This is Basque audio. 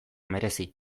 merezi